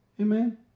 amen